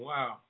Wow